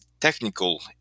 technical